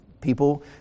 People